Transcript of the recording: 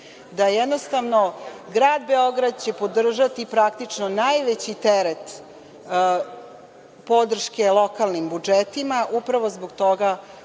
da jednostavno grad Beograd će podržati praktično najveći teret podrške lokalnim budžetima upravo zbog toga